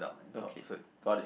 okay got it